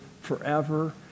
forever